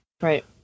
Right